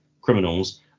criminals